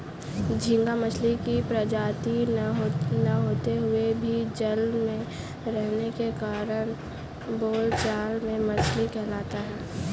झींगा मछली की प्रजाति न होते हुए भी जल में रहने के कारण बोलचाल में मछली कहलाता है